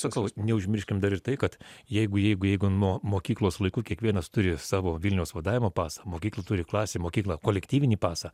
sakau neužmirškim dar ir tai kad jeigu jeigu jeigu nuo mokyklos laikų kiekvienas turi savo vilniaus vadavimo pasą mokykla turi klasė mokykla kolektyvinį pasą